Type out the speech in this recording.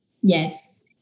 Yes